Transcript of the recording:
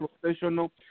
professional